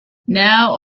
now